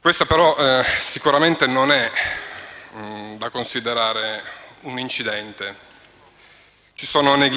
Questo, però, sicuramente non è da considerare un incidente. Vi sono delle